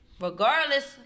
Regardless